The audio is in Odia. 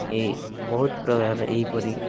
ଏଇ ବହୁତ ପ୍ରକାର ଏହିପରି